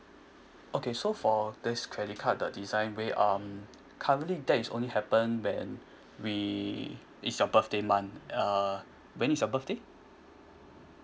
okay so for this credit card the design we um currently that is only happen when we it's your birthday month uh when is your birthday